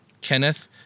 Kenneth